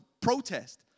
protest